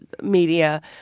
media